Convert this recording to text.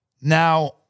Now